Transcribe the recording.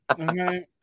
Okay